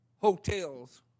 hotels